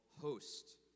host